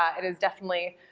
it is definitely